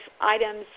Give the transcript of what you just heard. items